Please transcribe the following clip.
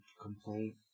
complaint